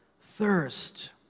thirst